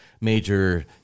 major